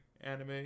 anime